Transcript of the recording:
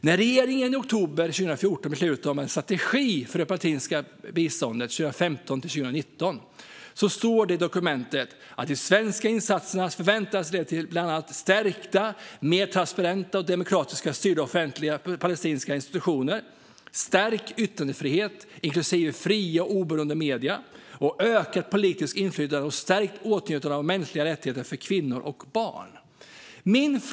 När regeringen i oktober 2014 beslutade om en strategi för det palestinska biståndet 2015-2019 stod det i dokumentet att de svenska insatserna förväntades leda till bland annat stärkta, mer transparenta och demokratiskt styrda offentliga palestinska institutioner, stärkt yttrandefrihet, inklusive fria och oberoende medier och ökat politiskt inflytande och stärkt åtnjutande av mänskliga rättigheter för kvinnor och barn.